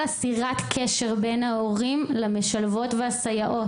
איסור קשר בין ההורים למשלבות ולסייעות.